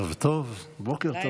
ערב טוב, בוקר טוב.